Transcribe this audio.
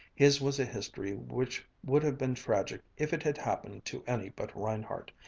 his was a history which would have been tragic if it had happened to any but reinhardt,